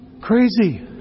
crazy